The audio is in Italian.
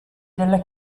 della